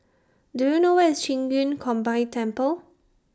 Do YOU know Where IS Qing Yun Combined Temple